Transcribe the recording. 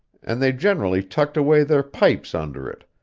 and they generally tucked away their pipes under it,